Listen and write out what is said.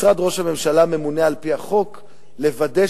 משרד ראש הממשלה ממונה על-פי החוק לוודא